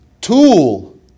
tool